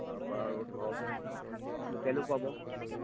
তাৰপৰা আৰু ধৰক লোকেলো পাব